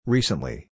Recently